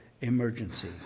Emergency